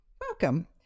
welcome